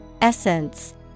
Essence